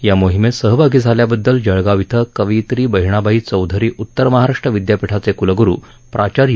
या मोहिमेत सहभागी झाल्याबददल जळगाव इथं कवयित्री बहिणाबाई चौधरी उतर महाराष्ट्र विद्यापीठाचे क्लग्रु प्राचार्य